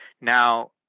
Now